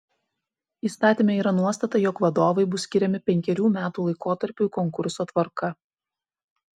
įstatyme yra nuostata jog vadovai bus skiriami penkerių metų laikotarpiui konkurso tvarka